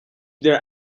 their